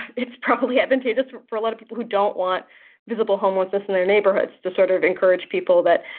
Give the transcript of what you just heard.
it's probably advantageous for a lot of people who don't want visible homelessness in their neighborhoods to sort of encourage people that,